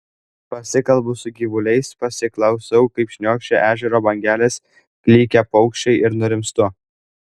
pasikalbu su gyvuliais pasiklausau kaip šniokščia ežero bangelės klykia paukščiai ir nurimstu